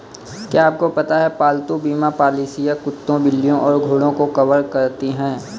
क्या आपको पता है पालतू बीमा पॉलिसियां कुत्तों, बिल्लियों और घोड़ों को कवर करती हैं?